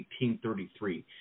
1833